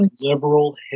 Liberal